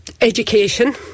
education